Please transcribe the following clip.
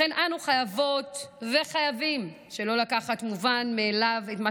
לכן אנו חייבות וחייבים לא לקחת כמובן מאליו את מה